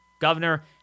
governor